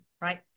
right